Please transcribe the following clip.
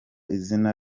izina